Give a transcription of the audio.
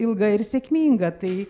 ilga ir sėkminga tai